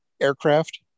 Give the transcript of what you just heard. aircraft